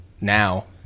now